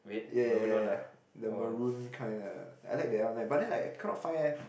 ya ya ya ya ya the maroon kind lah I like that one leh but then like I cannot find eh